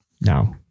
Now